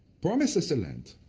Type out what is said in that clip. promises the land,